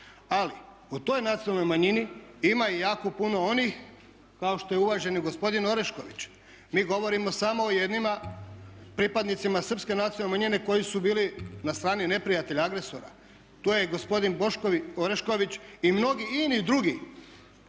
Ali u toj nacionalnoj manjini ima i jako puno onih kao što je uvaženi gospodin Orešković. Mi govorimo samo o jednima pripadnicima Srpske nacionalne manjine koji su bili na strani neprijatelja, agresora, to je gospodin Boško Orešković i mnogi ini drugi